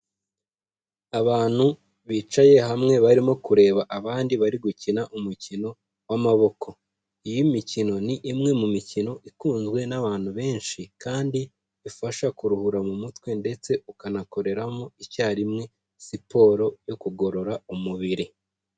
Abantu bicaye hamwe, barimo kureba abandi bari gukina umukino w’amaboko. Iyi mikino ni imwe mu mikino ikunzwe n’abantu benshi, kandi ifasha kuruhura mu mutwe, ndetse ukanakoreramo icyarimwe siporo yo kugorora umubiri.